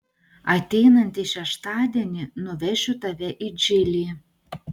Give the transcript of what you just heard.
ateinantį šeštadienį nuvešiu tave į džilį